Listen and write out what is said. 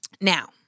Now